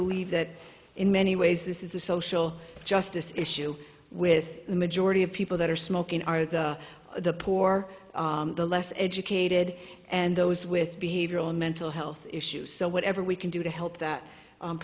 believe that in many ways this is a social justice issue with the majority of people that are smoking are the the poor the less educated and those with behavioral mental health issues so whatever we can do to help that